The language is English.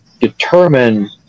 determine